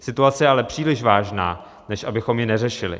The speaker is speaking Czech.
Situace je ale příliš vážná, než abychom ji neřešili.